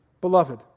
Beloved